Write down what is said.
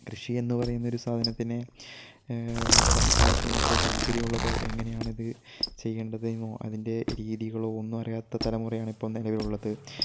കൃഷിയെന്നു പറയുന്നൊരു സാധനത്തിനെ ഇപ്പം ആർക്കും അത്ര താല്പര്യമുള്ളതോ എങ്ങനെയാണിത് ചെയ്യേണ്ടതെന്നോ അതിൻ്റെ രീതികളോ ഒന്നും അറിയാത്ത തലമുറയാണ് ഇപ്പോൾ നിലവിലുള്ളത്